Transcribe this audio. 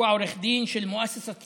הוא העורך דין של (אומר